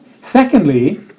secondly